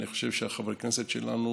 אני חושב שחברי הכנסת שלנו